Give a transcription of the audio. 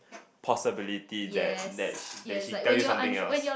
possibility that that that she tell you something else